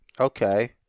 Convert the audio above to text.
Okay